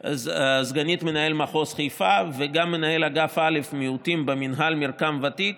סגנית מנהל מחוז חיפה וגם מנהל אגף א' מיעוטים במינהל מרקם ותיק